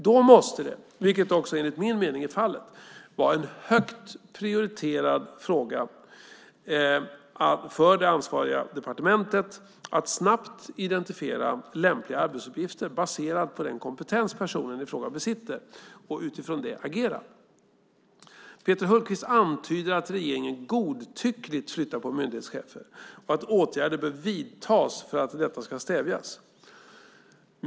Då måste det, vilket också enligt min mening är fallet, vara en högt prioriterad fråga för det ansvariga departementet att snabbt identifiera lämpliga arbetsuppgifter baserade på den kompetens personen i fråga besitter och utifrån det agera. Peter Hultqvist antyder att regeringen godtyckligt flyttar på myndighetschefer och att åtgärder bör vidtas för att detta ska stävjas.